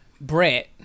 Brett